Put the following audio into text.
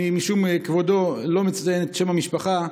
משום כבודו אני לא מציין את שם המשפחה,